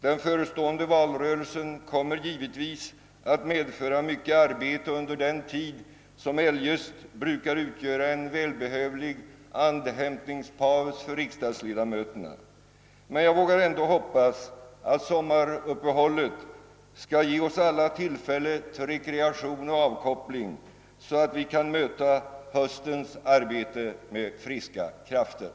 Den förestående valrörelsen kommer givetvis att medföra mycket arbete under den tid, som eljest brukar utgöra en välbehövlig andhämtningspaus för riksdagsledamöterna, men jag vågar ändå hoppas att sommaruppehållet skall ge oss alla tillfälle till rekreation och avkoppling så att vi kan möta höstens arbete med friska krafter.